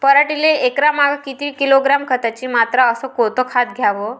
पराटीले एकरामागं किती किलोग्रॅम खताची मात्रा अस कोतं खात द्याव?